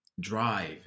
drive